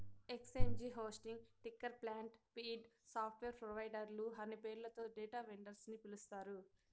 exchange hosting, ticker plant, feed, software ప్రొవైడర్లు అనే పేర్లతో డేటా వెండర్స్ ని పిలుస్తారు